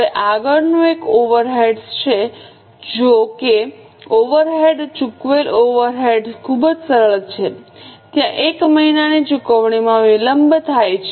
હવે આગળનું એક ઓવરહેડ્સ જો કે ઓવરહેડ્સ ચૂકવેલ ઓવરહેડ્સ ખૂબ જ સરળ છે ત્યાં એક મહિનાની ચુકવણીમાં વિલંબ થાય છે